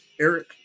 Eric